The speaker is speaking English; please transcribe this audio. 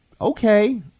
okay